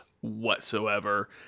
whatsoever